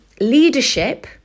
leadership